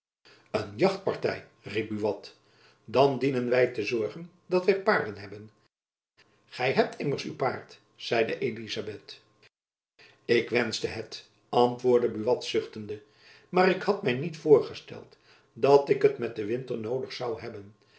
een jachtparty riep buat dan dienen wy te zorgen dat wy paarden hebben gy hebt immers uw paard zeide elizabeth ik wenschte het antwoordde buat zuchtende maar ik had my niet voorgesteld dat ik het met den winter noodig zoû hebben